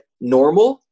normal